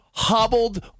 hobbled